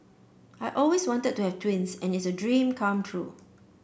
I always wanted to have twins and it's a dream come true